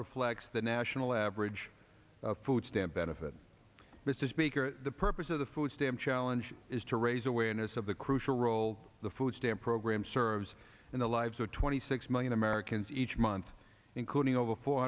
reflects the national average food stamp benefit mr speaker the purpose of the food stamp challenge is to raise awareness of the crucial role the food stamp program serves in the lives of twenty six million americans each month including over four